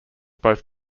both